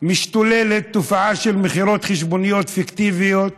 משתוללת תופעה של מכירת חשבוניות פיקטיביות